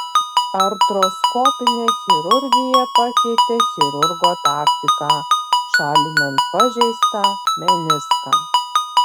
artroskopinė chirurgija pakeitė chirurgo taktiką šalinant pažeistą meniską